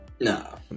No